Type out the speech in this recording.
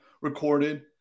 recorded